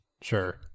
Sure